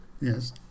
Yes